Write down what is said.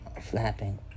flapping